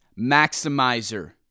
maximizer